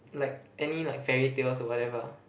like any like fairy tales whatever